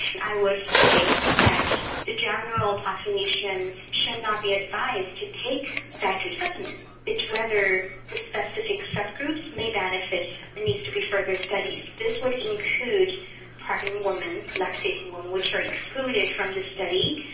and i would say that the general population should not be advised to take dietary supplements. but whether the specific subgroups may benefit needs to be further studied. this would include pregnant women, lactating women which are excluded from this study.